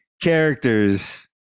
characters